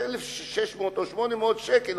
1,600 1,800 שקלים,